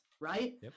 right